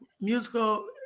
musical